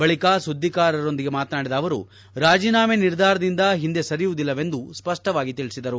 ಬಳಕ ಸುಧ್ಲಿಗಾರರೊಂದಿಗೆ ಮಾತನಾಡಿದ ಅವರು ರಾಜೀನಾಮೆ ನಿರ್ಧಾರದಿಂದ ಹಿಂದೆ ಸರಿಯುವುದಿಲ್ಲವೆಂದು ಸ್ಪಷ್ಟವಾಗಿ ತಿಳಿಸಿದರು